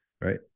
right